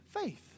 faith